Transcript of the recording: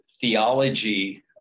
theology